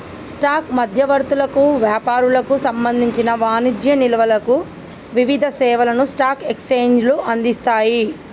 stock మధ్యవర్తులకు, వ్యాపారులకు సంబంధించిన వాణిజ్య నిల్వలకు వివిధ సేవలను స్టాక్ ఎక్స్చేంజ్లు అందిస్తయ్